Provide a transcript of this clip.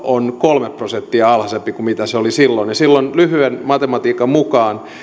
on kolme prosenttia alhaisempi kuin mitä se oli silloin ja silloin lyhyen matematiikan mukaan